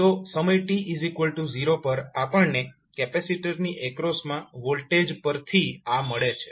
તો સમય t0 પર આપણને કેપેસિટરની એક્રોસમાં વોલ્ટેજ પરથી આ મળે છે